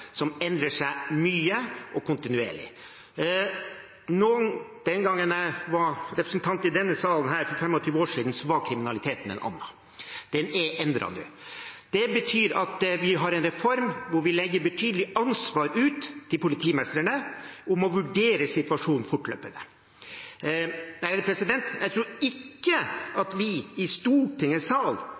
som endrer seg mye og kontinuerlig. Da jeg for 25 år siden var representant i denne salen, var kriminaliteten en annen. Den er endret nå. Det betyr at vi har en reform hvor vi legger et betydelig ansvar på politimestrene for å vurdere situasjonen fortløpende. Jeg tror ikke at vi i Stortingets sal